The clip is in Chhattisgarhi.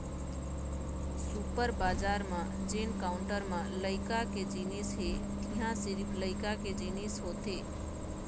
सुपर बजार म जेन काउंटर म लइका के जिनिस हे तिंहा सिरिफ लइका के जिनिस होथे